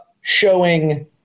showing